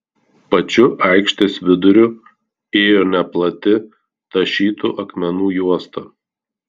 pačiu aikštės viduriu ėjo neplati tašytų akmenų juosta